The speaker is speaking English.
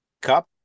cup